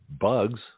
bugs